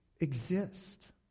Exist